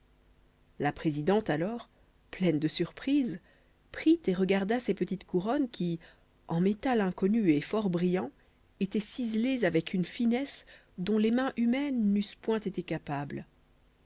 la présidente alors pleine de surprise prit et regarda ces petites couronnes qui en métal inconnu et fort brillant étaient ciselées avec une finesse dont les mains humaines n'eussent point été capables